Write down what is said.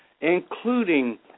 including